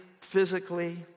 physically